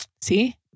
See